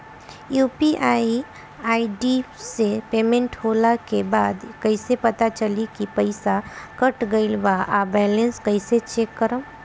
UPI ID से payment होला के बाद कइसे पता चली की पईसा कट गएल आ बैलेंस कइसे चेक करम?